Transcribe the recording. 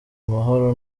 amahoro